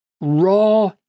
raw